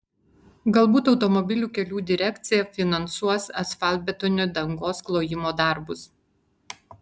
galbūt automobilių kelių direkcija finansuos asfaltbetonio dangos klojimo darbus